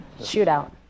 shootout